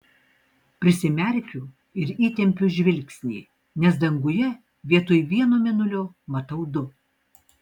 prisimerkiu ir įtempiu žvilgsnį nes danguje vietoj vieno mėnulio matau du